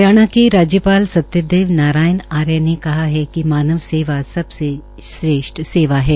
हरियाणा के राज्यपाल सत्यदेव नारायण आर्य ने कहा कि मानव सेवा सबसे श्रेष्ठ सेवा है